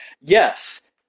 Yes